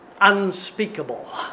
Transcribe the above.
unspeakable